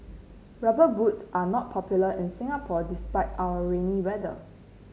rubber boots are not popular in Singapore despite our rainy weather